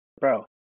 bro